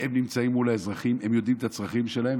הן נמצאות מול האזרחים, הן יודעות את הצרכים שלהן.